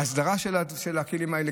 אסדרה של הכלים האלה,